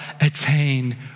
attain